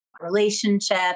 relationship